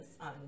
on